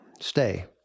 stay